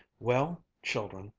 well, children,